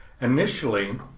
Initially